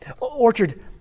Orchard